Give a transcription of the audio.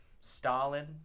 Stalin